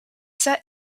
set